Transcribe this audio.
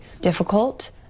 difficult